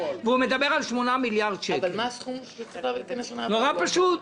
8 מיליארד, אבל לא עכשיו.